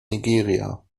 nigeria